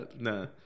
no